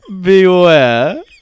Beware